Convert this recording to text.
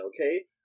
okay